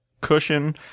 cushion